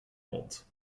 mond